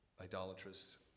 idolatrous